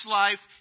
life